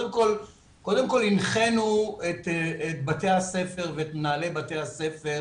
קודם כל הנחינו את בתי הספר ואת מנהלי בתי הספר